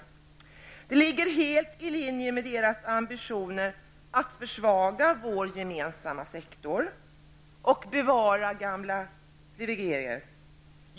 Det ligger helt i linje med deras ambitioner att försvaga vår gemensamma sektor och att bevara gamla privilegier.